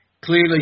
clearly